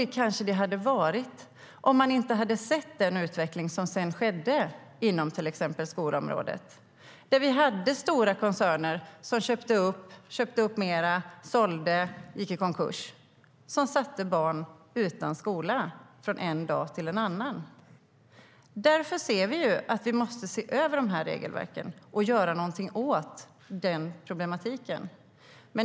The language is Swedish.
Det kanske det hade varit om man inte hade sett den utveckling som sedan skedde inom till exempel skolområdet. Vi hade stora koncerner som köpte upp, köpte upp mer, sålde och gick i konkurs och satte barn utan skola från en dag till en annan. Därför ser vi att vi måste se över regelverken och göra någonting åt problematiken.